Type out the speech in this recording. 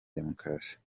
demokarasi